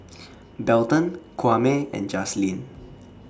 Belton Kwame and Jazlene